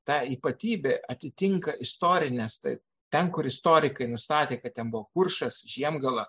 ta ypatybė atitinka istorines tai ten kur istorikai nustatė kad ten buvo kuršas žiemgala